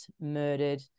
murdered